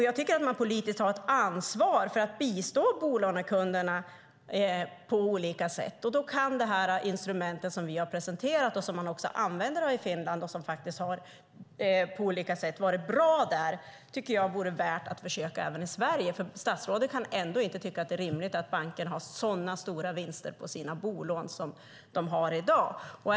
Jag tycker att man politiskt har ett ansvar för att bistå bolånekunderna på olika sätt. Då tycker jag att det instrument som vi har presenterat, som man också använder i Finland och som faktiskt på olika sätt har varit bra där, kan vara värt att försöka även i Sverige. Statsrådet kan ändå inte tycka att det är rimligt att bankerna har sådana stora vinster på sina bolån som de har i dag.